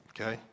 okay